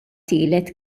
tielet